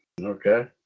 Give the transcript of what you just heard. okay